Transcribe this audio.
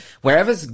Wherever